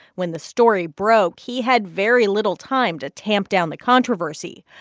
when the story broke, he had very little time to tamp down the controversy.